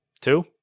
Two